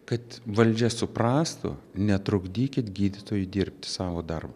kad valdžia suprastų netrukdykit gydytojui dirbti savo darbo